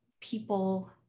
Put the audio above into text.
people